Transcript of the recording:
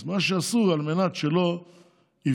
אז מה שעשו, על מנת שלא יפגעו